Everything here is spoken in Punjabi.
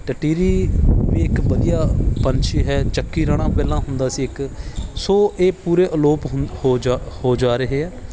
ਟਟੀਰੀ ਵੀ ਇੱਕ ਵਧੀਆ ਪੰਛੀ ਹੈ ਚੱਕੀ ਰਾਣਾ ਪਹਿਲਾਂ ਹੁੰਦਾ ਸੀ ਇੱਕ ਸੋ ਇਹ ਪੂਰੇ ਅਲੋਪ ਹੁੰਦੇ ਹੋ ਜਾ ਹੋ ਜਾ ਰਹੇ ਹੈ